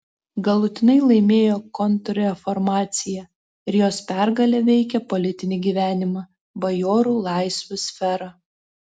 galutinai laimėjo kontrreformacija ir jos pergalė veikė politinį gyvenimą bajorų laisvių sferą